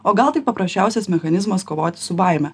o gal tai paprasčiausias mechanizmas kovoti su baime